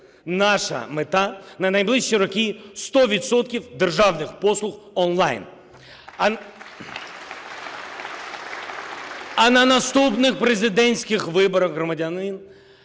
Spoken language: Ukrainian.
Наша мета на найближчі роки – 100 відсотків державних послуг онлайн. А на наступних президентських виборах громадяни